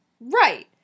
Right